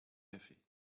café